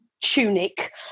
tunic